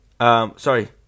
sorry